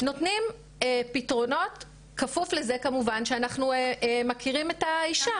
נותנים פתרונות כפוף לזה כמובן שאנחנו מכירים את האישה.